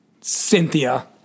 Cynthia